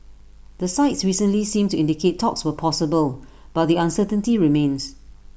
the sides recently seemed to indicate talks were possible but the uncertainty remains